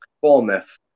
Bournemouth